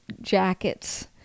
jackets